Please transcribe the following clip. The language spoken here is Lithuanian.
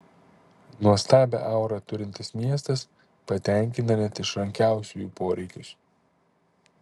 nuostabią aurą turintis miestas patenkina net išrankiausiųjų poreikius